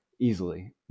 easily